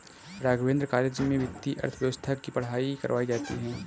Raghavendra college में वित्तीय अर्थशास्त्र की पढ़ाई करवायी जाती है